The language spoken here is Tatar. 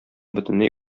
бөтенләй